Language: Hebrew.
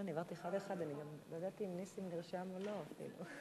ההצעה להעביר את הצעת חוק שיקים ללא כיסוי